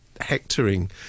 hectoring